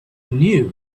knew